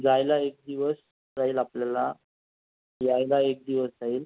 जायला एक दिवस जाईल आपल्याला यायला एक दिवस जाईल